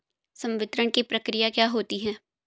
संवितरण की प्रक्रिया क्या होती है?